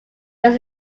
there